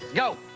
go.